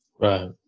Right